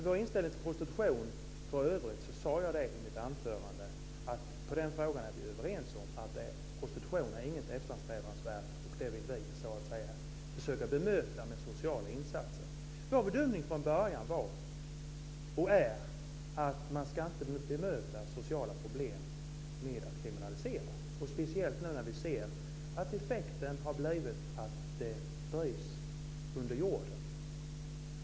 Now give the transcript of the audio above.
Jag sade i mitt anförande att vi är överens om att prostitution inte är något eftersträvansvärt. Vi vill försöka bemöta den med sociala insatser. Vår bedömning från början var och är att man inte ska bemöta sociala problem med kriminalisering. Det gäller speciellt nu, när vi ser att effekten har blivit att prostitutionen drivs under jorden.